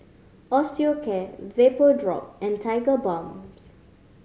Osteocare Vapodrop and Tigerbalms